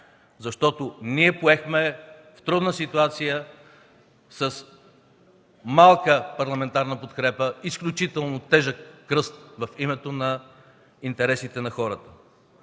защото ние поехме в трудна ситуация, с малка парламентарна подкрепа, изключително тежък кръст в името на интересите на хората.